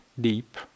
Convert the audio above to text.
deep